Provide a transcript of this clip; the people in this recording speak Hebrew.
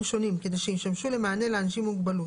שונים כדי שישמשו למענה לאנשים עם מוגבלות.